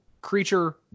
creature